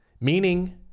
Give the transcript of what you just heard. Meaning